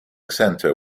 centre